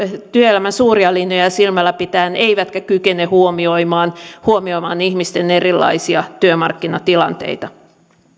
työelämän suuria linjoja silmällä pitäen eikä se kykene huomioimaan huomioimaan ihmisten erilaisia työmarkkinatilanteita